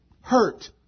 hurt